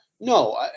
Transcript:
No